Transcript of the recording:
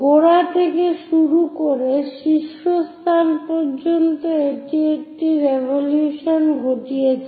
গোড়া থেকে শুরু করে শীর্ষস্থান পর্যন্ত এটি একটি রেভোলুশন ঘটিয়েছে